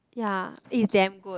ya eh it's damn good